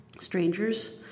Strangers